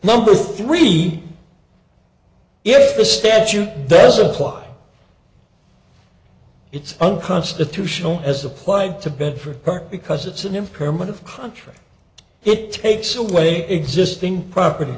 number three if the statute doesn't fly it's unconstitutional as applied to bedford park because it's an impairment of country it takes away existing property